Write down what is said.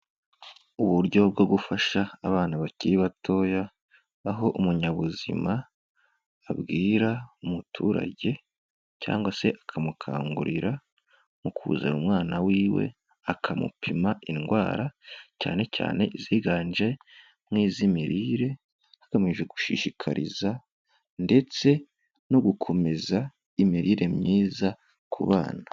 Uburyo bwo gufasha abana bakiri batoya, aho umunyabuzima abwira umuturage cyangwa se akamukangurira mu kuzana umwana wiwe akamupima indwara cyane cyane iziganje nk'iz'imirire hagamije gushishikariza ndetse no gukomeza imirire myiza ku bana.